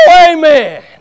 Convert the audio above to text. amen